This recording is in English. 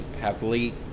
happily